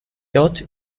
hauts